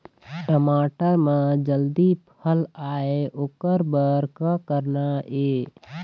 टमाटर म जल्दी फल आय ओकर बर का करना ये?